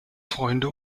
freunde